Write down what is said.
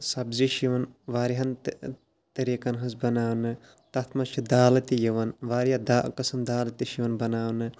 سبزی چھِ یِوان واریاہن تہٕ طریٖقَن ہٕنٛز بَناونہٕ تَتھ منٛز چھِ دالہٕ تہِ یِوان واریاہ دا قٕسٕم دالہٕ تہِ چھِ یِوان بَناونہٕ